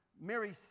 Mary